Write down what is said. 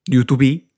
YouTube